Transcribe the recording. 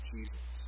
Jesus